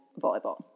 volleyball